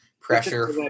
pressure